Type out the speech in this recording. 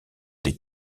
des